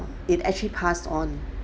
it actually passed on